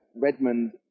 Redmond